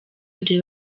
urebe